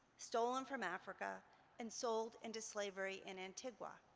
stolen from africa and sold into slavery in antigua.